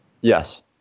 Yes